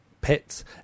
pets –